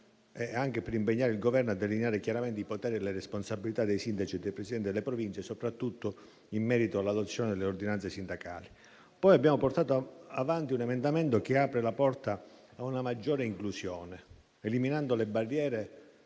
e anche per impegnare il Governo a delineare chiaramente i poteri e le responsabilità dei sindaci e dei Presidenti delle Province, soprattutto in merito all'adozione delle ordinanze sindacali. Abbiamo anche portato avanti un emendamento che apre la porta a una maggiore inclusione, eliminando le barriere